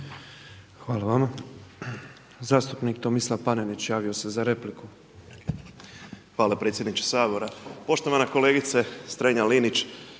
Hvala vama. Zastupnik Tomislav Panenić javio se za repliku. **Panenić, Tomislav (MOST)** Hvala predsjedniče Sabora. Poštovana kolegice Strenja-Linić,